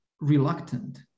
reluctant